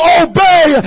obey